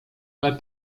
ale